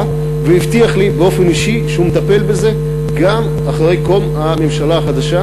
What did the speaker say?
והבטיח לי באופן אישי שהוא מטפל בזה גם אחרי קום הממשלה החדשה.